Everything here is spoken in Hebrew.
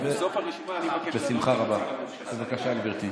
בבקשה, גברתי.